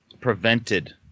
prevented